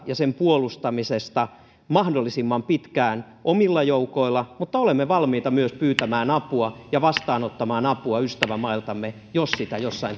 ja sen puolustamisesta mahdollisimman pitkään omilla joukoilla mutta olemme valmiita myös pyytämään ja vastaanottamaan apua ystävämailtamme jos sitä jossain